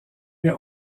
mais